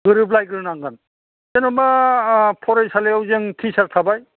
गोरोबलायग्रोनांगोन जेनेबा फरायसालियाव जों टिसार थाबाय